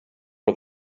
for